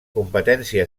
competència